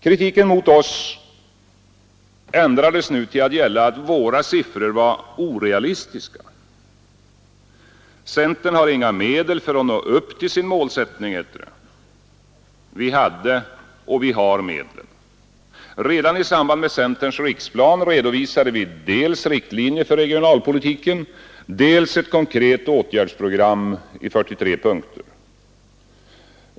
Kritiken mot oss i centern ändrades nu till att gälla att våra siffror var orealistiska. — Centern har inga medel för att nå upp till sin målsättning, hette det. Vi hade och har medlen. Redan i samband med centerns riksplan redovisade vi dels riktlinjer för regionalpolitiken, dels ett konkret åtgärdsprogram i 43 punkter.